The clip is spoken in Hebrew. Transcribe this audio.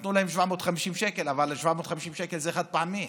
נתנו להם 750 שקל, אבל 750 שקל זה חד-פעמי,